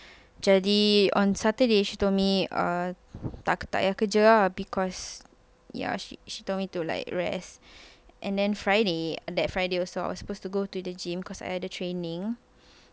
jadi on saturday she told me uh tak payah kerja because ya she she told me to like rest and then friday that friday also I was supposed to go to the gym cause I had a training